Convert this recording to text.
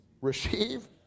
receive